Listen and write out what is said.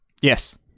Yes